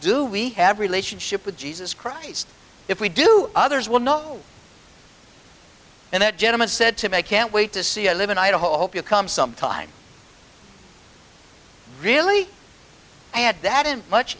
do we have a relationship with jesus christ if we do others will know and that gentleman said to make can't wait to see i live in idaho hope you come some time really had that in much